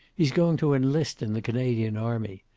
he's going to enlist in the canadian army.